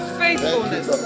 faithfulness